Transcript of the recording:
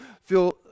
feel